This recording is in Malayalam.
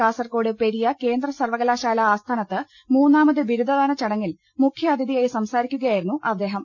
കാസർകോട് പെരിയ കേന്ദ്ര സർവകലാശാല ആസ്ഥാനത്ത് മൂന്നാ മത് ബിരുദദാന ചടങ്ങിൽ മുഖ്യാതിഥിയായി സംസാരിക്കുകയാ യിരുന്നു അദ്ദേഹം